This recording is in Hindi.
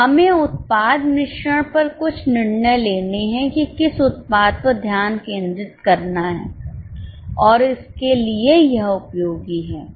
हमें उत्पाद मिश्रण पर कुछ निर्णय लेने हैं कि किस उत्पाद पर ध्यान केंद्रित करना है और इसके लिए यह उपयोगी है